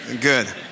good